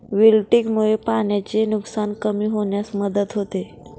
विल्टिंगमुळे पाण्याचे नुकसान कमी होण्यास मदत होते